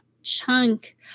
chunk